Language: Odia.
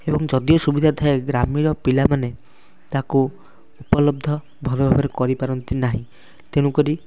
ଏବଂ ଯଦି ସୁବିଧା ଥାଏ ଗ୍ରାମୀଣ ପିଲାମାନେ ତାକୁ ଉପଲବ୍ଧ ଭଲଭାବରେ କରିପାରନ୍ତି ନାହିଁ ତେଣୁକରି